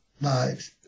lives